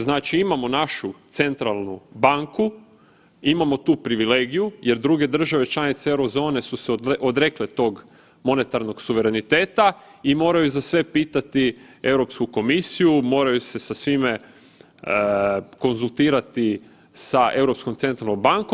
Znači imamo našu centralnu banku, imamo tu privilegiju, jer druge države članice euro zone su se odrekle tog monetarnog suvereniteta i moraju za sve pitati Europsku komisiju, moraju se sa svime konzultirati sa Europskom centralnom bankom.